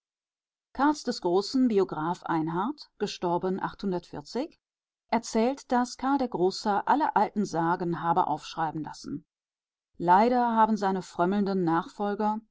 karls des großen geograph ein erzählt daß karl der große alle alten sagen habe aufschreiben lassen leider haben seine frömmelnden nachfolger